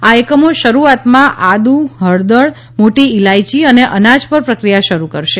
આ એકમો શરૂઆતમાં આદુ હળદર મોટી ઈલાયચી અને અનાજ પર પ્રક્રિયા શરૂ કરશે